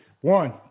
One